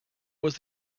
was